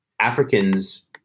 Africans